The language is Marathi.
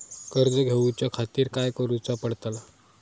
कर्ज घेऊच्या खातीर काय करुचा पडतला?